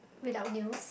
red up news